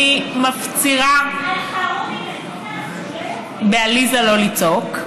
אני מפצירה בעליזה לא לצעוק,